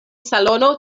salono